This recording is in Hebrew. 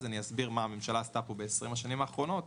אסביר מה הממשלה עשתה פה ב-20 השנים האחרונות.